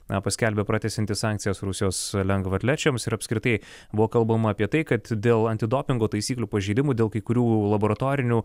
na paskelbė pratęsianti sankcijas rusijos lengvaatlečiams ir apskritai buvo kalbama apie tai kad dėl antidopingo taisyklių pažeidimų dėl kai kurių laboratorinių